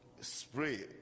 spray